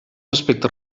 aspectes